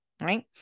right